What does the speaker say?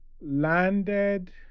landed